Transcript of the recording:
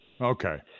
Okay